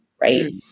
right